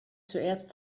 zuerst